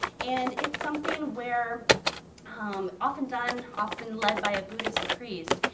and it's something where um often done, often led by a buddhist priest,